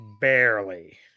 Barely